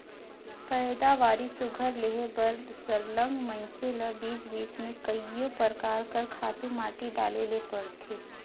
पएदावारी सुग्घर लेहे बर सरलग मइनसे ल बीच बीच में कइयो परकार कर खातू माटी डाले ले परथे